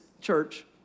church